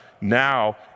now